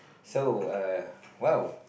so err !wow!